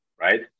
right